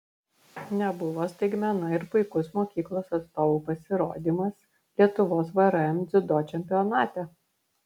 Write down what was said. nebuvo staigmena ir puikus mokyklos atstovų pasirodymas lietuvos vrm dziudo čempionate